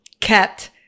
kept